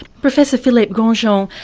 professor phillipe grandjean, um